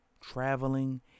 traveling